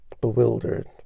bewildered